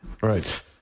Right